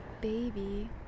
baby